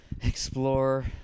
explore